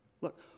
Look